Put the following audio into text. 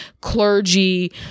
clergy